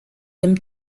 aime